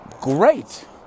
Great